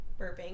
burping